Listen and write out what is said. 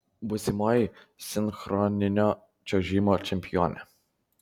būsimoji sinchroninio čiuožimo čempionė